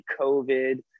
covid